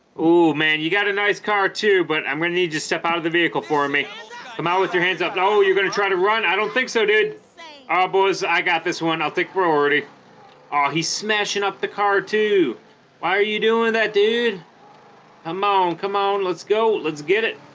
oh man you got a nice car too but i'm gonna need you step out of the vehicle for me come out with your hands up no you're gonna try to run i don't think so did our ah boys i got this one i'll take priority oh he's smashing up the car why are you doing that dude come on come on let's go let's get it